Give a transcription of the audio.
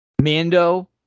Mando